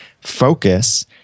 focus